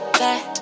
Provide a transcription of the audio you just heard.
back